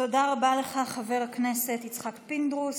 תודה רבה לך, חבר הכנסת יצחק פינדרוס.